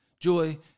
joy